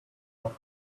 off